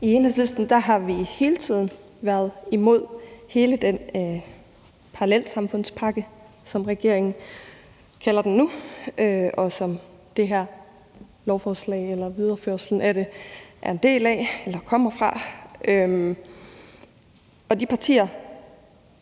I Enhedslisten har vi hele tiden været imod hele den parallelsamfundspakke, som regeringen kalder den nu, og som det her forslag eller videreførelsen af det er en del af eller kommer fra. De partier,